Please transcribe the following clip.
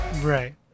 Right